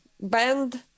band